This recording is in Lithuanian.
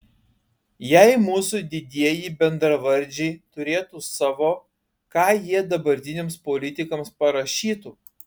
jei mūsų didieji bendravardžiai turėtų savo ką jie dabartiniams politikams parašytų